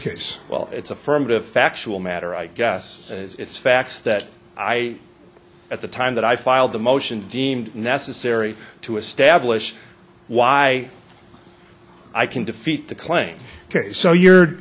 well it's affirmative factual matter i guess it's facts that i at the time that i filed the motion deemed necessary to establish why i can defeat the claim ok so you're